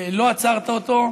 ולא עצרת אותו.